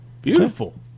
Beautiful